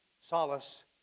solace